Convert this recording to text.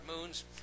moons